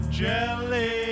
jelly